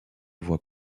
voie